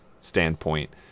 standpoint